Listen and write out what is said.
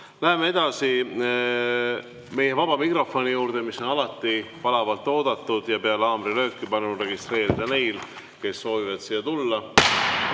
Läheme edasi meie vaba mikrofoni juurde, mis on alati palavalt oodatud. Peale haamrilööki palun registreeruda neil, kes soovivad siia tulla.